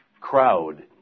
crowd